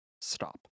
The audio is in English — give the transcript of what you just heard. stop